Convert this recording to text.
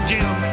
Gym